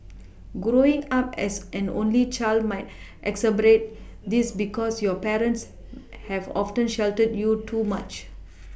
growing up as an only child might exacerbate this because your parents have often sheltered you too much